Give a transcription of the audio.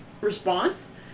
response